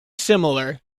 similar